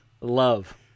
Love